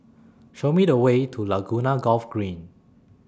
Show Me The Way to Laguna Golf Green